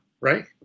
right